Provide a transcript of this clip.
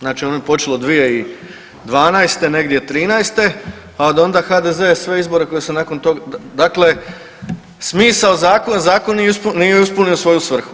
Znači ono je počelo 2012.negdje 13., a od onda HDZ je sve izbore koji su nakon toga, dakle, smisao zakon, Zakon nije ispunio svoju svrhu.